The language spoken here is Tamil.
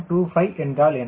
25 என்றால் என்ன